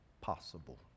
possible